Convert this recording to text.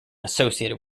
associated